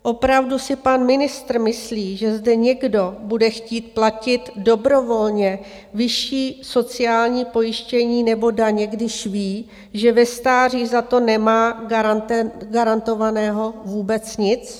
Opravdu si pan ministr myslí, že zde někdo bude chtít platit dobrovolně vyšší sociální pojištění nebo daně, když ví, že ve stáří za to nemá garantovaného vůbec nic?